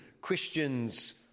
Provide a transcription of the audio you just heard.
Christians